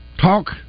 Talk